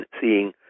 seeing